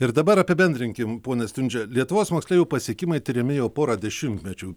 ir dabar apibendrinkime ponas stundžia lietuvos moksleivių pasiekimai tiriami jau porą dešimtmečių